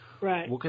Right